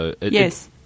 Yes